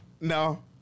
no